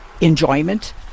enjoyment